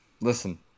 listen